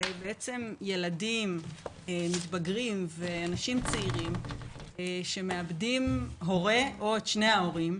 שילדים מתבגרים ואנשים צעירים שמאבדים הורה או את שני ההורים,